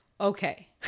Okay